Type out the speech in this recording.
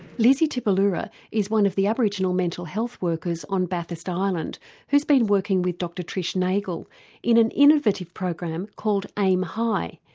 lizzie tipiloura is one of the aboriginal mental health workers on bathurst island who's been working with dr trish nagel in an innovative program called aim high.